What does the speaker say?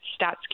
Stats